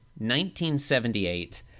1978